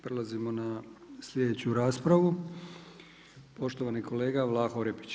Prelazimo na sljedeću raspravu, poštovani kolega Vlaho Orepić.